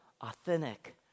authentic